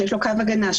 שיש לו קו הגנה,